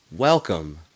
Welcome